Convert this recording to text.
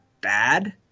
bad